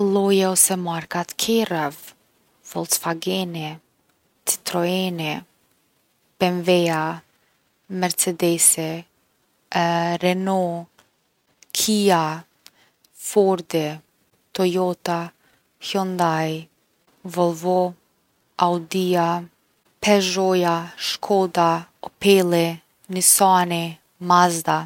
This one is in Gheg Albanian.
Lloje ose marka t’kerreve, Volkswagen-i, Citroen-i, BMW-ja, Mercedes-i, Reno, Kia, Ford-i, Toyota, Hyundai, Volvo, Audi-a, Pezhoja, Shkoda, Opel-i, Nisani, Mazda.